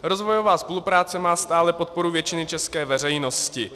Rozvojová spolupráce má stále podporu většiny české veřejnosti.